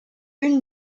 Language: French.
une